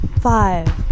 Five